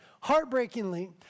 heartbreakingly